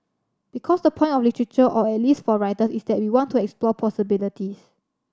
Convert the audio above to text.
because the point of literature or at least for writers is that we want to explore possibilities